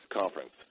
Conference